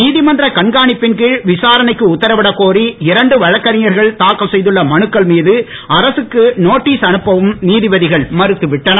நீதிமன்ற கண்காணிப்பின் கீழ் விசாரணைக்கு உத்தரவிடக் கோரி இரண்டு வழங்கறிஞர்கள் தாக்கல் செய்துள்ள மனுக்கள் மீது அரசுக்கு நோட்டீஸ் அனுப்பவும் நீதிபதிகள் மறுத்து விட்டனர்